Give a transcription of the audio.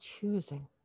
choosing